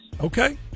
Okay